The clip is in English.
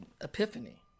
epiphany